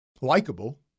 likable